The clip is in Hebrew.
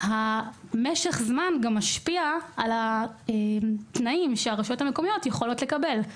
משך הזמן משפיע על התנאים שהרשויות המקומיות יכולות לקבל.